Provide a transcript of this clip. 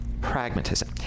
pragmatism